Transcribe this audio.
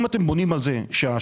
אם אתם בונים על זה שהשוק,